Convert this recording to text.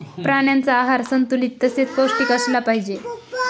प्राण्यांचा आहार संतुलित तसेच पौष्टिक असला पाहिजे